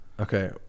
Okay